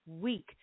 week